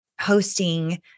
hosting